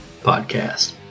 podcast